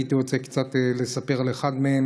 והייתי רוצה לספר קצת על אחד מהם.